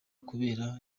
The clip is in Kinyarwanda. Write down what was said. kubera